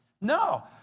No